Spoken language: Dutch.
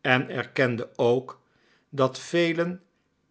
en erkende ook dat velen